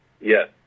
Yes